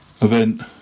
event